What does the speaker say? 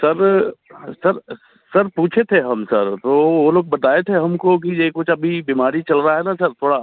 तब हाँ sir sir पूछे थे हम सर तो वो लोग बताए थे हमको कि ये कुछ अभी बीमारी चल रहा है ना सर थोड़ा